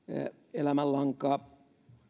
elämänlankaa